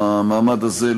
במעמד הזה,